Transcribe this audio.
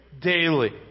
daily